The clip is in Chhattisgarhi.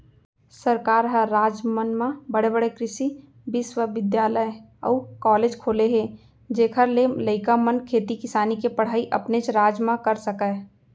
सरकार ह राज मन म बड़े बड़े कृसि बिस्वबिद्यालय अउ कॉलेज खोले हे जेखर ले लइका मन खेती किसानी के पड़हई अपनेच राज म कर सकय